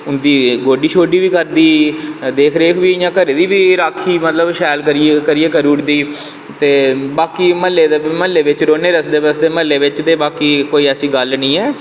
उंदा गोड्डी शोड्डी बी करदी देख रेख बी घऱे दी राक्खी बी इयां शैल करियै करी ओड़दी ते बाकी मह्ल्ले बिच्च रौह्नें रसदे बसदे म्ह्ल्ले बिच्च ते बाकी कोई ऐसी गल्ल नी ऐ